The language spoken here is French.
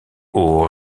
aux